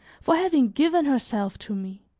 for having given herself to me!